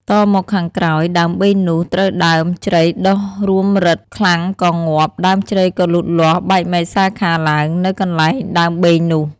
តមកខាងក្រោយ ដើមបេងនោះ ត្រូវដើមជ្រៃដុះរួតរឹតខ្លាំងក៏ងាប់ ដើមជ្រៃក៏លូតលាស់បែកមែកសាខាឡើង នៅកន្លែងដើមបេងនោះ ។